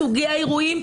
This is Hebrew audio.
סוגי האירועים,